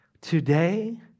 today